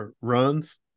runs